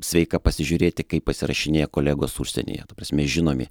sveika pasižiūrėti kaip pasirašinėja kolegos užsienyje ta prasme žinomi